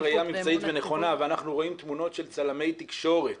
ראייה מבצעית ונכונה ואנחנו רואים תמונות של צלמי תקשורת